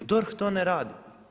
DORH to ne radi.